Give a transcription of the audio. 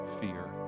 fear